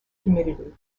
humidity